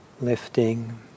Lifting